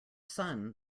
sun